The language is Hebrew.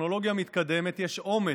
הטכנולוגיה מתקדמת, יש עומס.